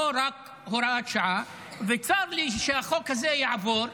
לא רק כהוראת שעה, וצר לי שהחוק הזה יעבור,